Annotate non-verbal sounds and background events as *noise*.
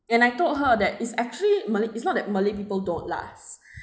and I told her that is actually malay it's not that malay people don't last *breath*